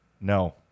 No